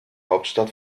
hauptstadt